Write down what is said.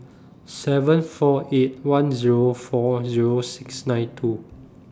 seven four eight one Zero four Zero six nine two